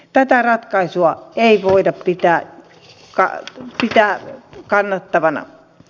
tätä ratkaisua ei voida pitää kannattavana